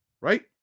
Right